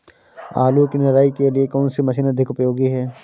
आलू की निराई के लिए कौन सी मशीन अधिक उपयोगी है?